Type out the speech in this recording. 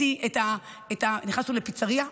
נכנסנו לפיצרייה,